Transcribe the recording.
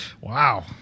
Wow